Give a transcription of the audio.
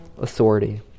authority